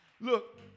look